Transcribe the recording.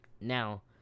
Now